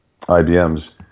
IBMs